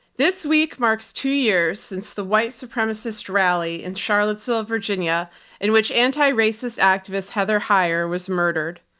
this week marks two years since the white supremacist rally in charlottesville, virginia in which anti-racist activist heather heyer was murdered,